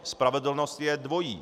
Spravedlnost je dvojí.